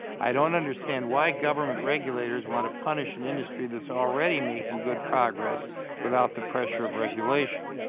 i don't understand why government regulators want to punish an industry that is already making good progress without the pressure of regulation.